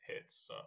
hits